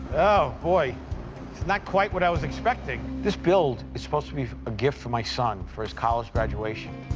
oh, boy. it's not quite what i was expecting. this build is supposed to be a gift for my son for his college graduation.